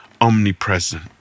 omnipresent